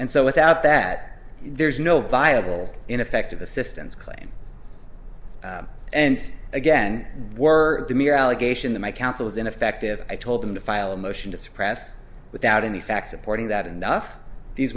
and so without that there's no viable ineffective assistance claim and again we're the mere allegation that my counsel is ineffective i told them to file a motion to suppress without any facts supporting that enough these